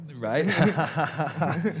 Right